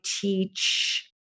teach